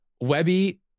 webby